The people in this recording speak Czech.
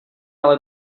ale